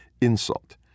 insult